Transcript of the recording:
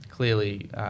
clearly